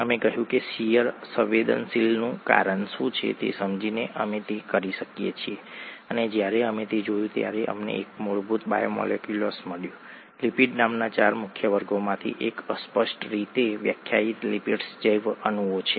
અમે કહ્યું કે શીયર સંવેદનશીલનું કારણ શું છે તે સમજીને અમે તે કરી શકીએ છીએ અને જ્યારે અમે તે જોયું ત્યારે અમને એક મૂળભૂત બાયોમોલેક્યુલ મળ્યું લિપિડ નામના ચાર મુખ્ય વર્ગોમાંથી એક અસ્પષ્ટ રીતે વ્યાખ્યાયિત લિપિડ્સ જૈવ અણુઓ છે